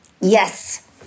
Yes